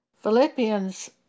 Philippians